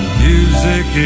music